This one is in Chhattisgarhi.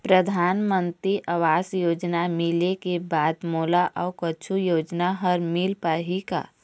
परधानमंतरी आवास योजना मिले के बाद मोला अऊ कुछू योजना हर मिल पाही का?